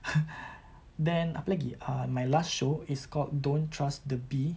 then apa lagi uh my last show is called don't trust the B